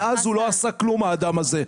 מאז הוא לא עשה כלום, האדם הזה?